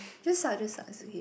just suck just suck it's okay